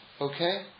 Okay